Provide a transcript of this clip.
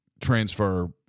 transfer